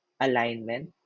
alignment